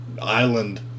island